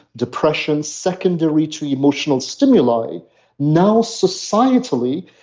depression secondary to emotional stimuli now societally,